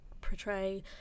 portray